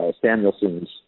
Samuelson's